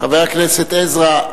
חבר הכנסת עזרא,